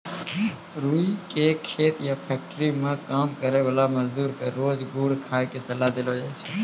रूई के खेत या फैक्ट्री मं काम करै वाला मजदूर क रोज गुड़ खाय के सलाह देलो जाय छै